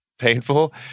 Painful